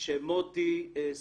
שמוטי ששון,